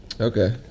Okay